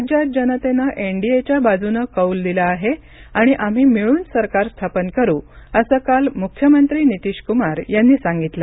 राज्यात जनतेनं एनडीएच्या बाजूनं कौल दिला आहे आणि आम्ही मिळून सरकार स्थापन करू असं काल मुख्यमंत्री नीतीश कुमार यांनी सांगितलं